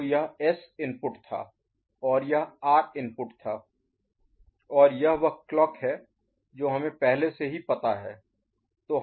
तो यह S input था और यह आर इनपुट था और यह वह क्लॉक है जो हमें पहले से ही पता है